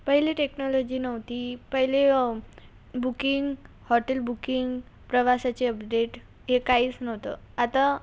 पहिले टेक्नॉलॉजी नव्हती पहिले बुकिंग हॉटेल बुकिंग प्रवासाचे अपडेट हे काहीच नव्हतं आता